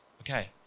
okay